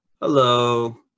Hello